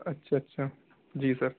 اچھا اچھا جی سر